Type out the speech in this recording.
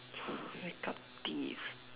make up tips